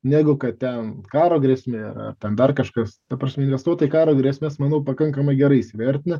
negu kad ten karo grėsmė ar ten dar kažkas ta prasme investuotojai karo grėsmes manau pakankamai gerai įsivertina